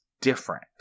different